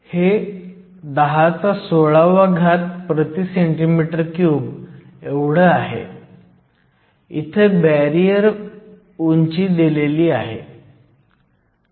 तर J चे 373 kelvin 273 किंवा 293 केल्विनचे गुणोत्तर हे 373 असावे